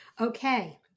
Okay